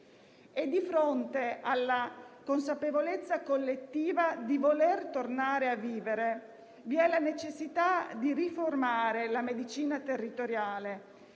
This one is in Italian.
Di fronte alla consapevolezza collettiva di voler tornare a vivere, vi è la necessità di riformare la medicina territoriale,